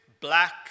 black